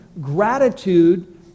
gratitude